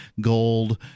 gold